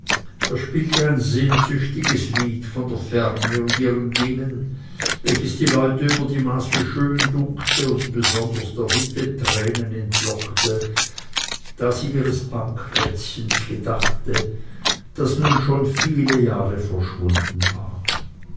er spielte ein sehnsüchtiges lied von der ferne und ihren dingen welches die leute über die maßen schön dünkte und besonders der witwe tränen entlockte da sie ihres pankräzchens gedachte das nun schon viele jahre verschwunden war